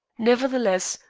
nevertheless,